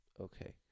okay